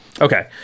Okay